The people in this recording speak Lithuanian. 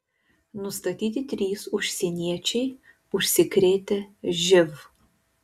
nustatyti trys užsieniečiai užsikrėtę živ